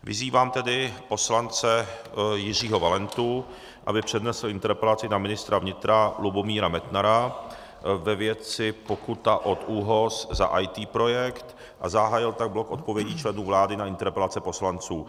Vyzývám tedy poslance Jiřího Valentu, aby přednesl interpelaci na ministra vnitra Lubomíra Metnara ve věci pokuta od ÚOHS za IT projekt, a zahájil tak blok odpovědí členů vlády na interpelace poslanců.